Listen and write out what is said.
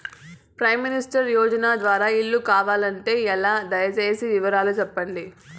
Prime minister Yojana ద్వారా ఇల్లు కావాలంటే ఎలా? దయ సేసి వివరాలు సెప్పండి?